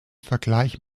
vergleich